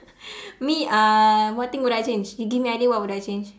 me uh what thing would I change you give me idea what would I change